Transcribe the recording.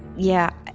yeah,